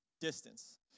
distance